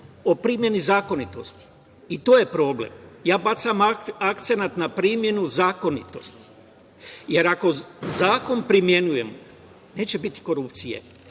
o primeni zakonitosti. I to je problem. Ja bacam akcenat na primenu zakonitosti, jer ako zakon primenjujemo, neće biti korupcije.